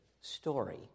story